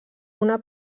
una